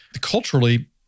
culturally